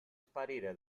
sparire